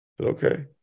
Okay